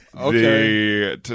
Okay